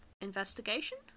investigation